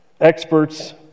experts